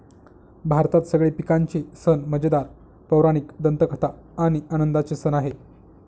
भारतात सगळे पिकांचे सण मजेदार, पौराणिक दंतकथा आणि आनंदाचे सण आहे